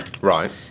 Right